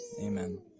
Amen